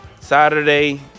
Saturday